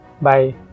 Bye